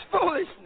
foolishness